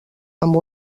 amb